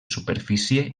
superfície